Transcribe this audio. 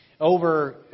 over